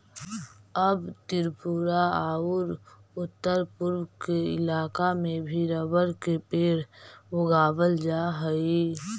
अब त्रिपुरा औउर उत्तरपूर्व के इलाका में भी रबर के पेड़ उगावल जा हई